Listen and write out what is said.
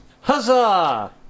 Huzzah